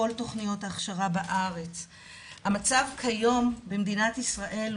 כמעט בכל וועדה שאני נמצאת ואני מדברת על הנושא,